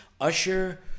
Usher